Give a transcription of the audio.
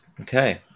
Okay